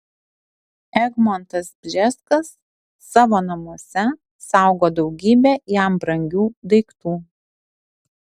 egmontas bžeskas savo namuose saugo daugybę jam brangių daiktų